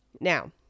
Now